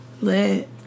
Lit